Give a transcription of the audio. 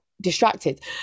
distracted